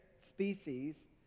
species